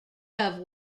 have